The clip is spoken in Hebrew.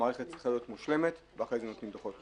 המערכת צריכה להיות מושלמת ואחר כך נותנים דוחות.